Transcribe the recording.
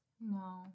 no